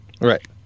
right